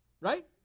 Right